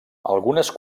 algunes